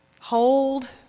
hold